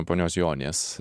ponios jonės